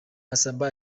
masamba